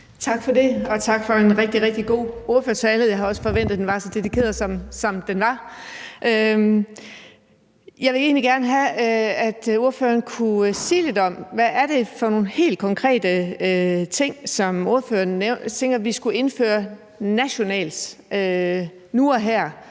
Tak for det, og tak for en rigtig, rigtig god ordførertale. Jeg havde også forventet, at den var så dedikeret, som den var. Jeg ville egentlig gerne have, at ordføreren kunne sige lidt om, hvad det er for nogle helt konkrete ting, som ordføreren tænker vi skulle indføre nationalt nu og her,